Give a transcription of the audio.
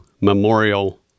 memorial